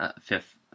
fifth